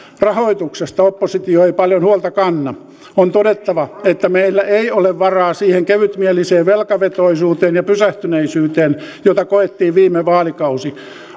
rahoituksesta oppositio ei paljon huolta kanna on todettava että meillä ei ole varaa siihen kevytmieliseen velkavetoisuuteen ja pysähtyneisyyteen jota koettiin viime vaalikausi